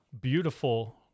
beautiful